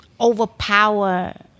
overpower